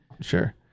Sure